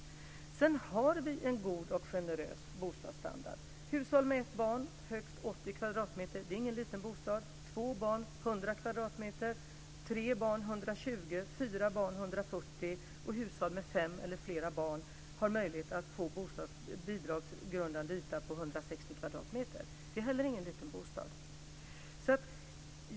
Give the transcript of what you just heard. Dessutom har vi en god och generös bostadsstandard. För hushåll med ett barn gäller högst 80 kvadratmeter. Det är ingen liten bostad. För två barn gäller 140 kvadratmeter. Hushåll med fem eller flera barn har möjlighet att få en bidragsgrundande yta på 160 kvadratmeter. Det är heller ingen liten bostad.